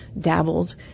dabbled